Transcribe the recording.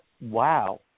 wow